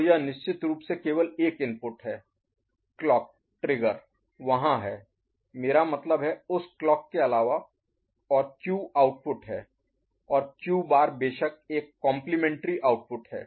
तो यह निश्चित रूप से केवल एक इनपुट है क्लॉक ट्रिगर वहाँ है मेरा मतलब है उस क्लॉक के अलावा और क्यू आउटपुट है और क्यू बार बेशक एक कॉम्प्लिमेंटरी Complementary पूरक आउटपुट है